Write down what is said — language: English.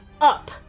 up